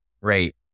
right